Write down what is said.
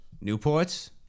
Newport's